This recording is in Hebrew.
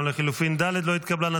גם לחלופין ד' לא התקבלה.